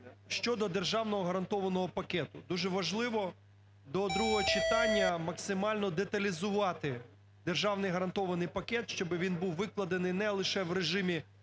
щодо державного гарантованого пакету. Дуже важливо до другого читання максимально деталізувати державний гарантований пакет, щоби він був викладений не лише в режимі